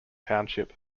township